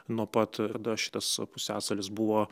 nuo pat tada šitas pusiasalis buvo